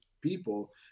people